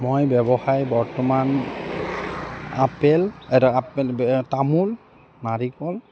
মই ব্যৱসায় বৰ্তমান আপেল তামোল নাৰিকল